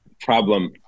problem